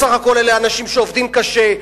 בסך הכול אלה אנשים שעובדים קשה.